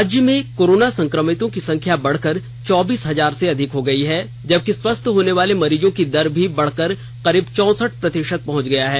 राज्य में कोरोना संक्रमितों की संख्या बढकर चौबीस हजार से अधिक हो गयी है जबकि स्वस्थ होने वाले मरीजों की दर भी बढकर करीब चौसठ प्रतिशत पहंच गया है